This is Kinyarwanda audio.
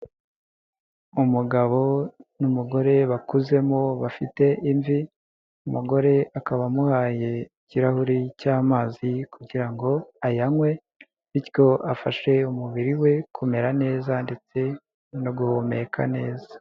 Umugabo n'umugore bakuzemo bafite imvi, umugore akaba amuhaye ikirahuri cy'amazi kugira ngo ayanywe, bityo afashe umubiri we kumera neza ndetse no guhumeka neza.